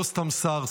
לא סתם שר,